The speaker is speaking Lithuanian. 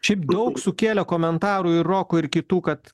šiaip daug sukėlė komentarų ir roko ir kitų kad